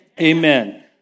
Amen